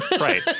Right